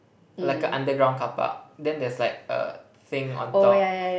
like a underground car park then there's like a thing on top